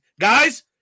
guys